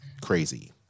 crazy